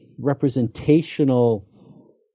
representational